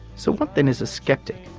so what then is a skeptic?